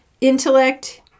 Intellect